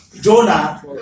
Jonah